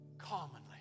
commonly